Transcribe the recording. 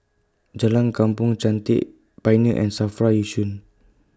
Jalan Kampong Chantek Pioneer and Safry Yishun